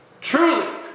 Truly